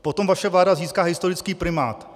Potom vaše vláda získá historický primát.